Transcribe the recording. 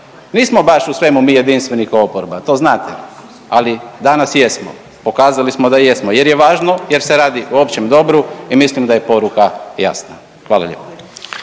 Nismo baš u svemu mi jedinstveni kao oporba to znate, ali danas jesmo, pokazali smo da jesmo jer je važno, jer se radi o općem dobru i mislim da je poruka jasna. Hvala lijepa.